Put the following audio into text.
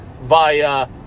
via